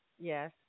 Yes